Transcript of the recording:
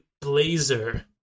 Blazer